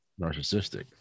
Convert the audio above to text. narcissistic